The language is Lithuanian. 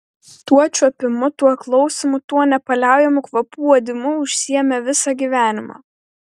tuo čiuopimu tuo klausymu tuo nepaliaujamu kvapų uodimu užsiėmė visą gyvenimą